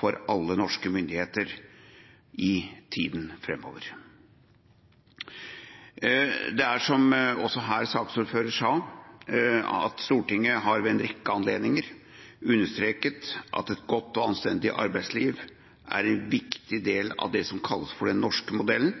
for alle norske myndigheter i tiden framover. Som saksordføreren også sa, er det slik at Stortinget ved en rekke anledninger har understreket at et godt og anstendig arbeidsliv er en viktig del av det som kalles den norske modellen,